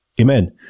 Amen